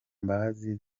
mbabazi